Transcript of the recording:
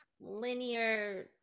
linear